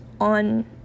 on